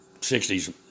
60s